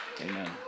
Amen